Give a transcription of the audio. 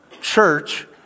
church